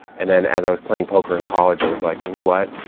and then as i was playing poker in college i was like, you know what?